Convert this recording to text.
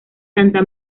santa